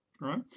right